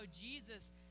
Jesus